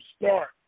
start